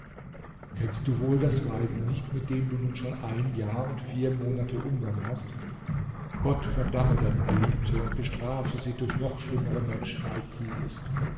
kennst du wohl das weib nicht mit dem du nun schon ein jahr und vier monate umgang hast gott verdamme deine geliebte und bestrafe sie durch noch schlimmere menschen als sie ist